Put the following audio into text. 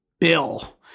bill